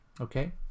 Okay